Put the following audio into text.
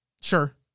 Sure